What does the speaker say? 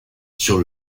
sur